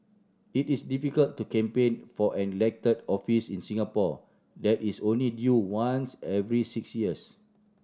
it is difficult to campaign for an elected office in Singapore that is only due once every six years